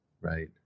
Right